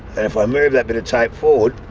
and if i move that bit of tape forward,